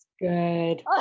good